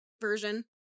version